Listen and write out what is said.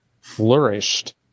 flourished